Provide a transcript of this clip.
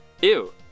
Ew